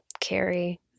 carry